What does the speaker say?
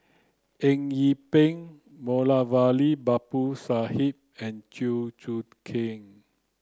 Eng Yee Peng Moulavi Babu Sahib and Chew Choo Keng